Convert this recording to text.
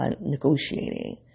negotiating